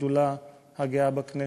השדולה הגאה בכנסת,